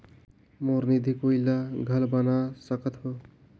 मोर निधि कोई ला घल बना सकत हो?